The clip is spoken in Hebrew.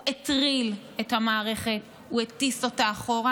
הוא הטריל את המערכת, הוא הטיס אותה אחורה,